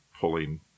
pulling